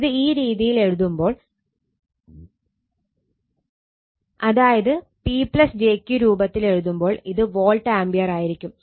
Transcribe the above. ഇത് ഈ രീതിയിൽ എഴുതുമ്പോൾ അതായത് P jQ രൂപത്തിൽ എഴുതുമ്പോൾ ഇത് വോൾട്ട് ആംപിയർ ആയിരിക്കും